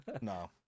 no